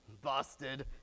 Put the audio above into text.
Busted